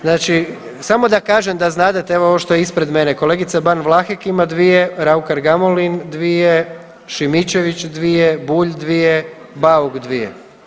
Znači samo da kažem da znadete, evo ovo što je ispred mene kolegica Ban-Vlahek ima dvije, Raukar-Gamulin dvije, Šimičević dvije, Bulj dvije, Bauk dvije.